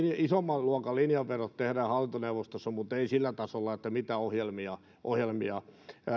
isomman luokan linjanvedot tehdään hallintoneuvostossa mutta ei sillä tasolla mitä ohjelmia ohjelmia